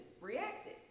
reacted